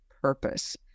purpose